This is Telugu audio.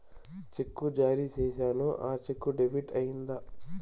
చెక్కు జారీ సేసాను, ఆ చెక్కు డెబిట్ అయిందా